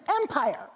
empire